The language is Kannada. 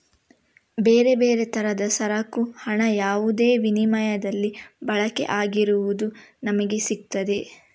ಬೇರೆ ಬೇರೆ ತರದ ಸರಕು ಹಣ ಯಾವುದೇ ವಿನಿಮಯದಲ್ಲಿ ಬಳಕೆ ಆಗಿರುವುದು ನಮಿಗೆ ಸಿಗ್ತದೆ